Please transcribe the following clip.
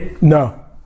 No